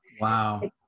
Wow